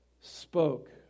spoke